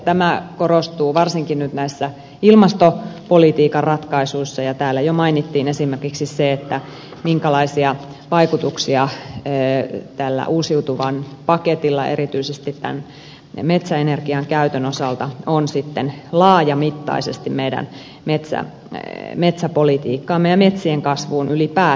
tämä korostuu varsinkin nyt näissä ilmastopolitiikan ratkaisuissa ja täällä jo mainittiin esimerkiksi se minkälaisia vaikutuksia tällä uusiutuvan paketilla erityisesti tämän metsäenergian käytön osalta on sitten laajamittaisesti meidän metsäpolitiikkaamme ja metsien kasvuun ylipäätään